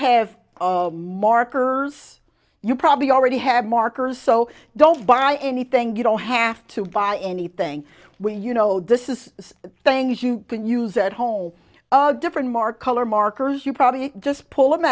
have markers you probably already have markers so don't buy anything you don't have to buy anything we you know this is the things you can use at home different market or markers you probably just pull them